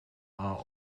are